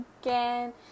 again